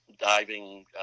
diving